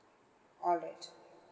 all right